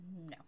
no